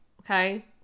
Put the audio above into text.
Okay